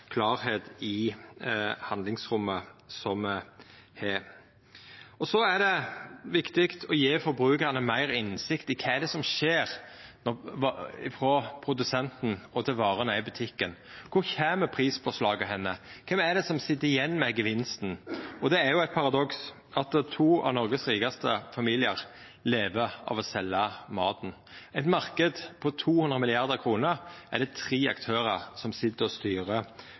i det handlingsrommet me har. Det er òg viktig å gje forbrukarane meir innsikt i kva som skjer frå produsenten til varene er i butikken. Kvar kjem prispåslaget? Kven er det som sit igjen med gevinsten? Det er jo eit paradoks at to av Noregs rikaste familiar lever av å selja maten. I ein marknad på 200 mrd. kr er det tre aktørar som sit og styrer